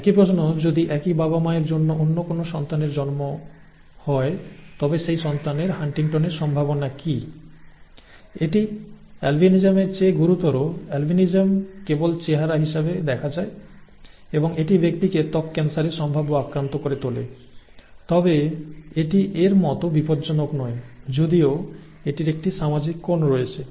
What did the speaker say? একই প্রশ্ন যদি একই বাবা মায়ের অন্য কোনও সন্তানের জন্ম হয় তবে সেই সন্তানের হান্টিংটনের সম্ভাবনা কী এটি অ্যালবিনিজমের চেয়ে গুরুতর অ্যালবিনিজম কেবল চেহারা হিসাবে দেখা যায় এবং এটি ব্যক্তিকে ত্বক ক্যান্সারে সম্ভাব্য আক্রান্ত করে তোলে তবে এটি এর মতো বিপজ্জনক নয় যদিও এটির একটি সামাজিক কোণ রয়েছে